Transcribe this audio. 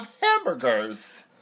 hamburgers